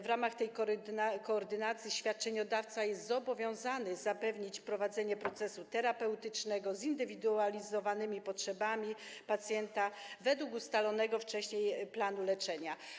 W ramach tej koordynacji świadczeniodawca jest zobowiązany zapewnić prowadzenie procesu terapeutycznego z uwzględnieniem zindywidualizowanych potrzeb pacjenta, według ustalonego wcześniej planu leczenia.